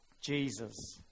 Jesus